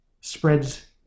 spreads